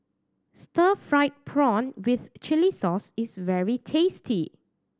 stir fried prawn with chili sauce is very tasty